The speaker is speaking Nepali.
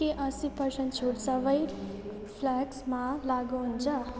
के अस्सी पर्सेन्ट छुट सबै फ्लास्कमा लागु हुन्छ